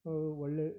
ಒ ಒಳ್ಳೆಯ